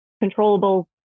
controllable